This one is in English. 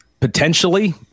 potentially